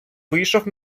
вийшов